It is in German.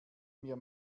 mir